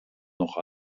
noch